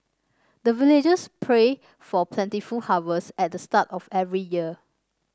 the villagers pray for plentiful harvest at the start of every year